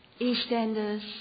EastEnders